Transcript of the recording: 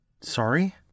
Sorry